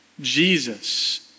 Jesus